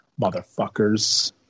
motherfuckers